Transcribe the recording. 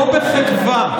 כה בחדווה.